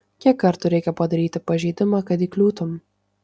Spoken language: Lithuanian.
kiek kartų reikia padaryti pažeidimą kad įkliūtum